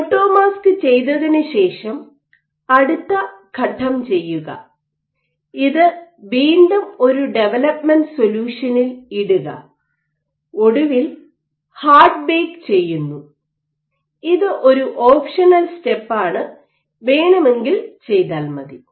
photomask ചെയ്തതിനുശേഷം അടുത്ത ഘട്ടം ചെയ്യുക ഇത് വീണ്ടും ഒരു ഡവലപ്പ്മെന്റ് സൊല്യൂഷനിൽ ഇടുക ഒടുവിൽ ഹാർഡ് ബേക്ക് ചെയ്യുന്നു ഇത് ഒരു ഓപ്ഷണൽ സ്റ്റെപ്പ് ആണ് വേണമെങ്കിൽ ചെയ്താൽ മതി